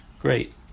Great